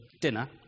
dinner